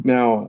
Now